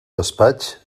despatx